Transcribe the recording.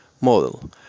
model